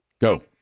Go